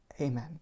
amen